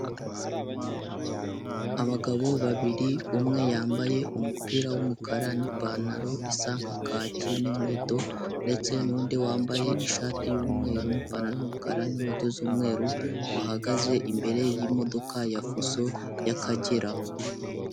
Abagabo babiri umwe yambaye umupira w'umukara n'ipantaro isa nka kacyi n'inkweto, ndetse n'undi wambaye ishati y'umweru n'ipantaro y'umukara n'inkweto z'umweru bahagaze imbere y'imodoka ya fuso y'Akagera.